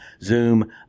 Zoom